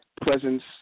presence